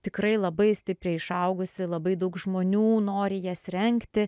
tikrai labai stipriai išaugusi labai daug žmonių nori jas rengti